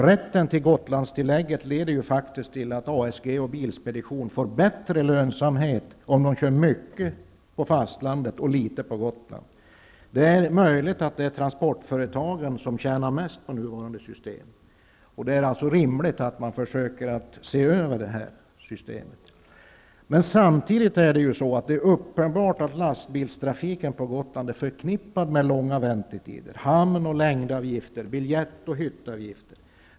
Rätten till Gotlandstillägget leder ju faktiskt till att ASG och Bilspedition får bättre lönsamhet om de kör mycket på fastlandet och litet på Gotland. Det är möjligt att det är transportföretagen som tjänar mest på nuvarande system. Det är alltså rimligt att man försöker se över det systemet. Samtidigt är det uppenbart att lastbilstrafiken på Gotland är förknippad med längre väntetider, hamn och längdavgifter, biljett och hyttavgifter.